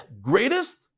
greatest